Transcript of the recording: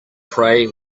pray